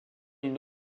une